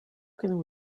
can